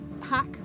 hack